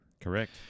Correct